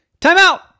Timeout